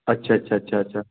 अच्छा अच्छा अच्छा अच्छा